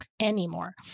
anymore